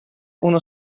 uno